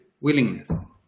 Willingness